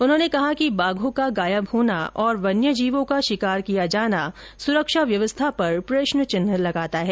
उन्होंने कहा कि बाघों का गायब होना और वन्य जीवों का शिकार किया जाना सुरक्षा व्यवस्था पर प्रश्नचिन्ह लगाता है